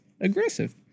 aggressive